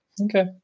Okay